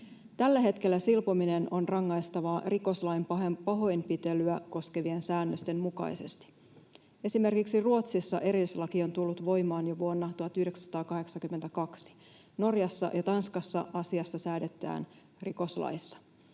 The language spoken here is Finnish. Tällä hetkellä silpominen on rangaistavaa rikoslain pahoinpitelyä koskevien säännösten mukaisesti. Esimerkiksi Ruotsissa erillislaki on tullut voimaan jo vuonna 1982, Norjassa ja Tanskassa asiasta säädetään rikoslaissa.